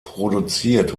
produziert